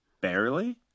barely